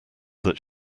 that